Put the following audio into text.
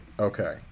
Okay